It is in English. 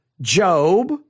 Job